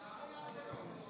מה היה עד היום?